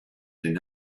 den